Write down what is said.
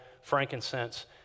frankincense